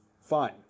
fine